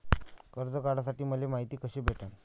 कर्ज काढासाठी मले मायती कशी भेटन?